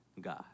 God